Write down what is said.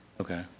Okay